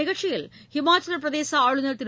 நிகழ்ச்சியில் ஹிமாச்சலப்பிரதேச ஆளுநர் திரு